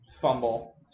fumble